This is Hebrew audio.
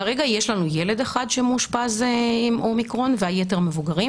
כרגע יש לנו ילד אחד שמאושפז עם אומיקרון והיתר מבוגרים.